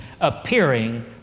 appearing